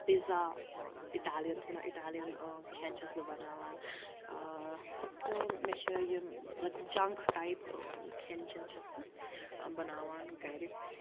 pizza Italian تھوڑا Italian کھٮ۪ن چھَس بہٕ بَناوان تہٕ مےٚ چھِ یِم جَنٛک ٹایِپ کھٮ۪ن چٮ۪ن چھَس بہٕ بَناوان گَرِ